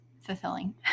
fulfilling